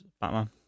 batman